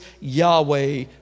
Yahweh